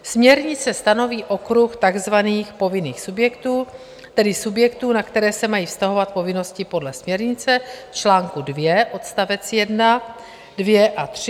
Směrnice stanoví okruh takzvaných povinných subjektů, tedy subjektů, na které se mají vztahovat povinnosti podle směrnice čl. 2 odst. 1, 2 a 3.